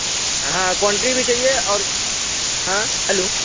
हाँ क्वानटिटी भी चाहिए और हाँ हैलो